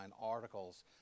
articles